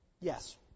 yes